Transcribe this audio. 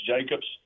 Jacobs